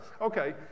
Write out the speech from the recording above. Okay